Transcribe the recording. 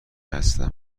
هستم